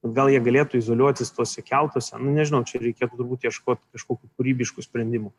gal jie galėtų izoliuotis tuose keltuose nu nežinau čia reikėtų turbūt ieškot kažkokių kūrybiškų sprendimų